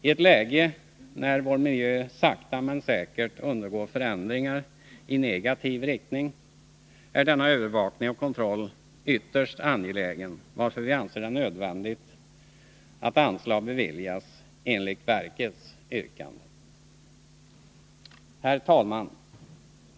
I ett läge när vår miljö sakta men säkert undergår förändringar i negativ riktning är denna övervakning och kontroll ytterst angelägen, varför vi anser det nödvändigt att anslag beviljas enligt verkets yrkande. Herr talman!